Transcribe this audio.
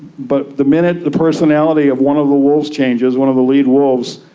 but the minute the personality of one of the wolves' changes, one of the lead wolves,